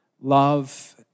love